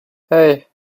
hei